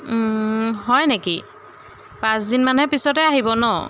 হয় নেকি পাঁচ দিন মানে পিছতে আহিব ন